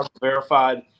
verified